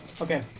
Okay